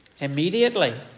immediately